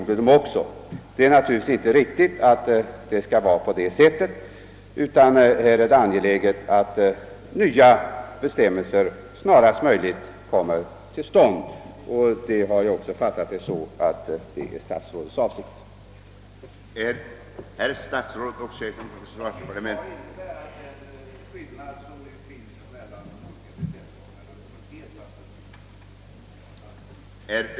Detta är naturligtvis inte ett riktigt förhållande, utan det är angeläget att nya bestämmelser snarast möjligt kommer till stånd. Jag har också fattat svaret så att det är statsrådets avsikt att sörja för detta.